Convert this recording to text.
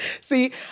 See